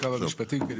כמה משפטים.